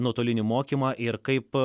nuotolinį mokymą ir kaip